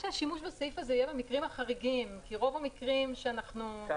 השימוש בסעיף הזה יהיה במקרים החריגים כי רוב המקרים -- תפייסי